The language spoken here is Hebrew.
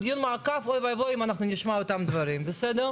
אוי ואבוי אם נשמע אותם דברים בדיון מעקב.